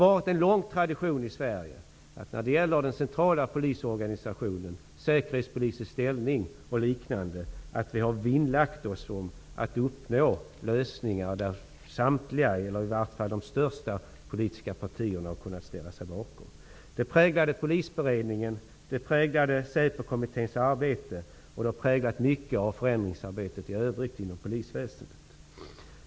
När det gäller den centrala polisorganisationen, Säkerhetspolisens ställning och liknande har det varit en lång tradition i Sverige att man har vinnlagt sig om att finna lösningar som samtliga eller i vart fall de största politiska partierna har kunnat ställa sig bakom. Detta präglade Polisberedningen, det präglade Säpokommitténs arbete och det har präglat mycket av förändringsarbetet i övrigt inom polisväsendet.